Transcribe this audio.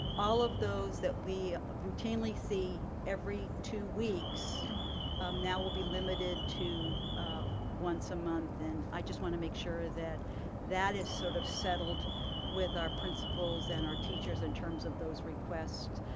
all of those that we routinely see every two weeks now will be limited to once a month and i just wanna make sure that that is sort of settled with our principals and our teachers in terms of those requests,